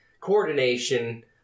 coordination